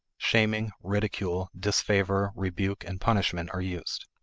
shaming, ridicule, disfavor, rebuke, and punishment are used.